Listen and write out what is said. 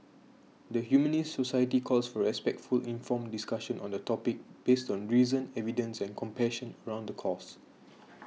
the Humanist Society calls for respectful informed discussion on the topic based on reason evidence and compassion around the cause